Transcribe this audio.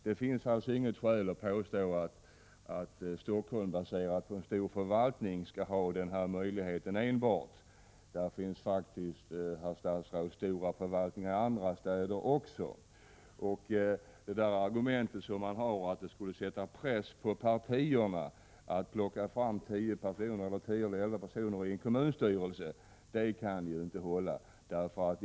Det finns alltså inget skäl att påstå att enbart Helsingfors, på grund av stadens stora förvaltning, skall ha denna möjlighet att tidigt välja kommunstyrelse. Också andra städer, herr statsråd, har faktiskt stora förvaltningar. Argumentet att man vill sätta press på partierna att plocka fram tio personer till kommunstyrelsen håller inte.